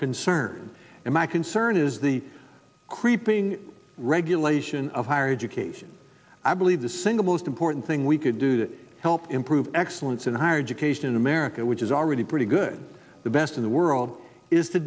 concern and my concern is the creeping regulation of higher education i believe the single most important thing we can do to help improve excellence in higher education in america which is already pretty good the best in the world is to